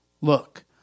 Look